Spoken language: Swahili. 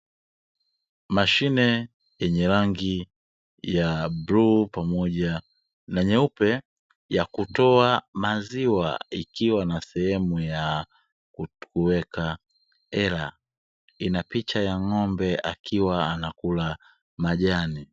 Mashine yenye rangi ya bluu pamoja na nyeupe ya kutoa maziwa ikiwa na sehemu ya kuweka hela, inapicha ya ng'ombe akiwa anakula majani.